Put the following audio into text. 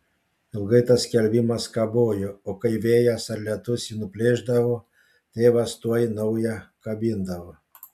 ilgai tas skelbimas kabojo o kai vėjas ar lietus jį nuplėšdavo tėvas tuoj naują kabindavo